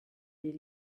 des